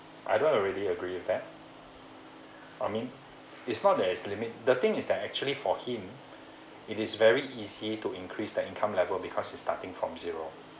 I'm not really agree with that I mean it's not there is limit the thing is that actually for him it is very easy to increase the income level because it's starting from zero